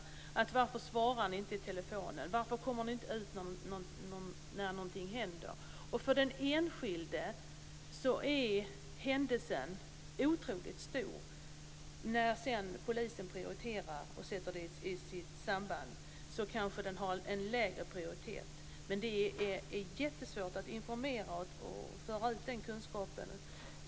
Människor säger: Varför svarar ni inte på telefonen? Varför kommer ni inte ut när någonting händer? För den enskilde är en händelse otroligt stor. När sedan polisen prioriterar och sätter den i sitt sammanhang kanske den har en lägre prioritet. Men det är jättesvårt att informera och föra ut den kunskapen.